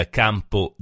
campo